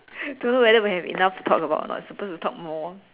don't know whether will have enough to talk about or not suppose to talk more